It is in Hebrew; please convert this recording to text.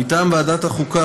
מטעם ועדת החוקה,